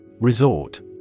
Resort